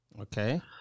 Okay